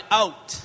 out